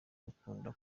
gukunda